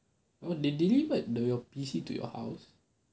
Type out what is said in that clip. well they delivered the your P_C to your house